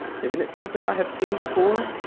isn't it something i have seen before?